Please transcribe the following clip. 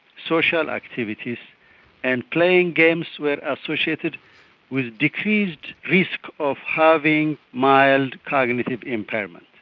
social activities and playing games were associated with decreased risk of having mild cognitive impairment.